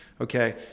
okay